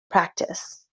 practice